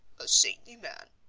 a saintly man,